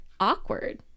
awkward